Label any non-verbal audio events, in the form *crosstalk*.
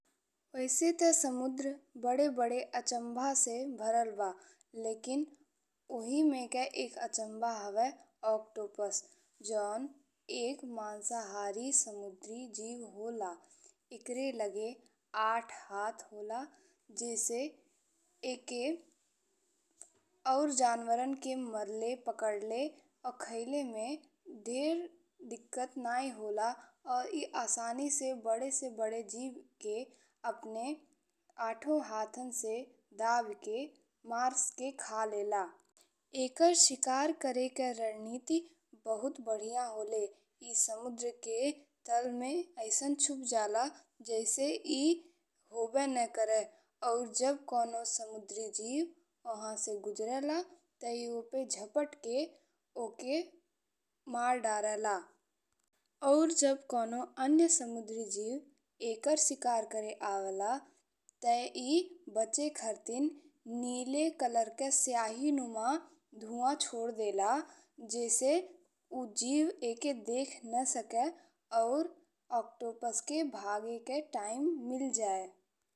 वैसे ते समुद्र बड़े-बड़े अचंभा से भरल बा, लेकिन ओही में के एक अचंभा हवे ऑक्टोपस जोन एक मांसहारी समुद्री जीव होला। एकरे लगे आठ हाथ होला जैसे ई के *hesitation* और जानवरन के मारले पकड़ले आ खइले में ढेर दिक्कत नहीं होला और ए आसानी से बड़े से बड़े जीव के अपने आठो हाथन से दाब के मार के खा लेला। एकर शिकार करेके रणनीति बहुत बढ़िया होला। ए समुद्र के तल में अइसन छुप जाला जैसे ए होबे ने करे और जब कोनो समुद्री जीव ओहा से गुजरला ते ए ओपे झपट के ओके मार डारेला और जब कोनो अन्य समुद्री जीव एकर शिकार करे आवेला ते ए बचे खातीर नीले कलर के स्याहिनुमा धुआं छोड़ देला, जी से उ जीव एके देख ने सके और ऑक्टोपस के भागे के टाइम मिलि जाए।